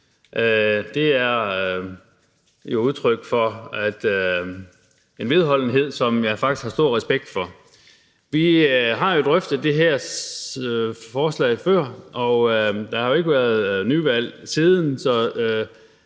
Det er jo udtryk for en vedholdenhed, som jeg faktisk har stor respekt for. Vi har jo drøftet det her forslag før, og der har ikke været nyvalg siden,